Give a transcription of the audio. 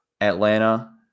Atlanta